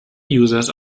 users